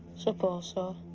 suppose so.